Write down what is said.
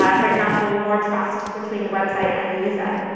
um for example, more trust between the website and the user.